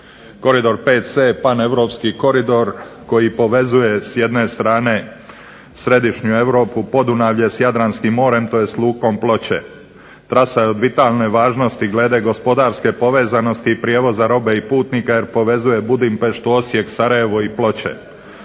Koridor VC pan europski koridor koji povezuje s jedne strane središnju Europu, Podunavlje s Jadranskim morem, tj. lukom Ploče. Trasa je od vitalne važnosti glede gospodarske povezanosti prijevoza robe i putnika jer povezuje Budimpeštu, Osijek, Sarajevo i Ploče.